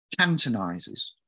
cantonizes